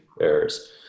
errors